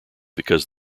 because